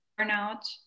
burnout